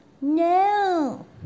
no